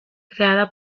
creada